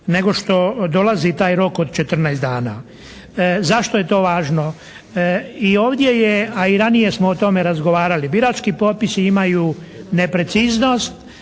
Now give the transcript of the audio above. nego što dolazi taj rok od 14 dana. Zašto je to važno? I ovdje je, a i ranije smo o tome razgovarali. Birački popisi imaju nepreciznost,